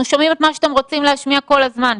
אנחנו שומעים את מה שאתם רוצים להשמיע כל הזמן.